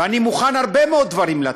ואני מוכן הרבה מאוד דברים לתת.